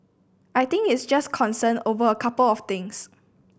I think it's just concern over a couple of things